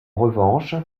revanche